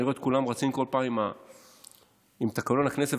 אני רואה את כולם רצים בכל פעם עם תקנון הכנסת,